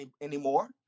anymore